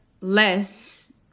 less